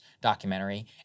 documentary